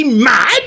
mad